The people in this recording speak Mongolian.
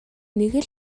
нэг